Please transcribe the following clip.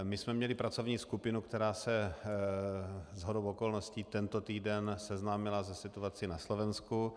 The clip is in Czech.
Měli jsme pracovní skupinu, která se shodou okolností tento týden seznámila se situací na Slovensku.